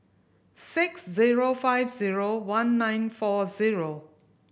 six zero five zero one nine four zero